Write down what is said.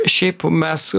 šiaip mes